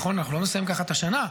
נכון, אנחנו לא נסיים כך את השנה.